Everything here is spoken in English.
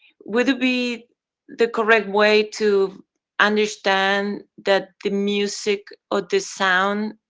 would it be the correct way to understand that the music or the sound,